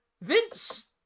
Vince